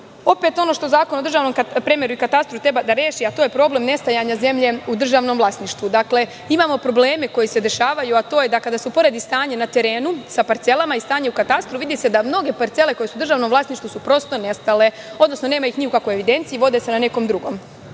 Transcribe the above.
ono što Zakon o državnom premeru i katastru treba da reši, a to je problem nestajanja zemlje u državnom vlasništvu. Dakle, imamo probleme koji se dešavaju, a to je da, kada se uporedi stanje na terenu sa parcelama i stanje u katastru, vidi se da mnoge parcele koje su u državnom vlasništvu, prosto su nestale, nema ih ni u kakvoj evidenciji, vode se negde drugde. Šta